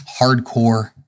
Hardcore